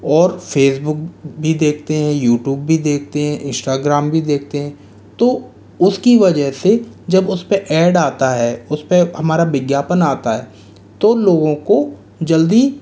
और फेसबुक भी देखते हैं यूट्यूब भी देखते हैं इंस्टाग्राम भी देखते हैं तो उसकी वजह से जब उस पर ऐड आता है उस पर हमारा विज्ञापन आता है तो लोगों को जल्दी